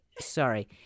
Sorry